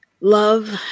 love